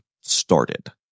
started